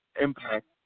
impact